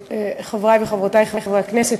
חברות וחברי הכנסת,